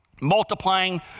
multiplying